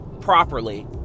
properly